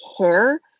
care